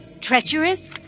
Treacherous